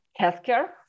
healthcare